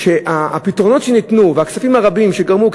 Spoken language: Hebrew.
היא שהפתרונות שניתנו והכספים הרבים שניתנו,